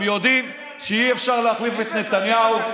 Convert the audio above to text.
הם יודעים שאי-אפשר להחליף את נתניהו.